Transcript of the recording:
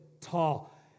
tall